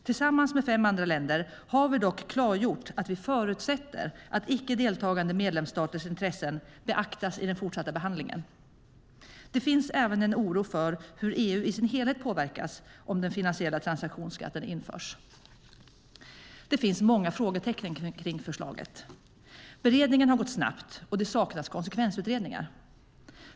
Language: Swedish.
Tillsammans med fem andra länder har vi dock klargjort att vi förutsätter att icke deltagande medlemsstaters intressen beaktas i den fortsatta behandlingen. Det finns även en oro för hur EU i sin helhet påverkas om den finansiella transaktionsskatten införs. Det finns många frågetecken kring förslaget. Beredningen har gått snabbt, och det saknas konsekvensutredningar.